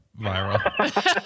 viral